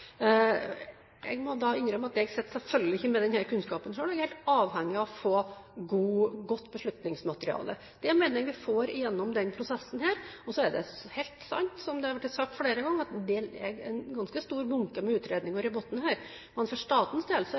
Jeg må innrømme at jeg selvfølgelig ikke sitter med denne kunnskapen selv, og jeg er helt avhengig av å få et godt beslutningsmateriale. Det mener jeg at jeg får gjennom denne prosessen, og så er det helt sant, som det har vært sagt flere ganger, at det ligger en ganske stor bunke med utredninger i bunnen, men for statens